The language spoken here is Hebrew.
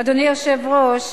אדוני היושב-ראש,